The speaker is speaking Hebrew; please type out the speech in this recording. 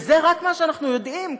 וזה רק מה שאנחנו יודעים,